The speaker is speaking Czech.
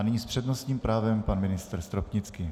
Nyní s přednostním právem pan ministr Stropnický.